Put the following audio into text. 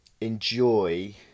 enjoy